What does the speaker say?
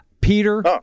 Peter